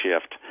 shift